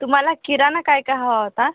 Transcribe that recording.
तुम्हाला किराणा काय काय हवा होता